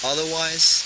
Otherwise